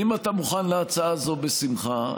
אם אתה מוכן להצעה הזאת, בשמחה.